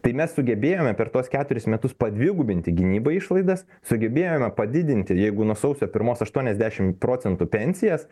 tai mes sugebėjome per tuos keturis metus padvigubinti gynybai išlaidas sugebėjome padidinti jeigu nuo sausio pirmos aštuoniasdešim procentų pensijas